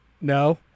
No